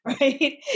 right